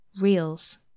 Reels